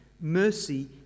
mercy